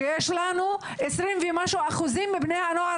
כשיש לנו עשרים ומשהו אחוזים מבני הנוער